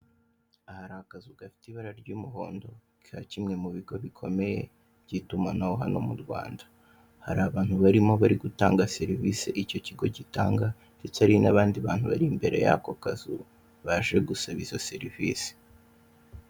Aha hari akazu gafite ibara ry'umuhondo ka kimwe mu bigo bikomeye by'itumanaho hano mu Rwanda, hari abantu barimo bari gutanga serivise icyo kigo gitanga ndetse hari n'abandi bantu bari imbere yako kazu baje gusaba izo serivise.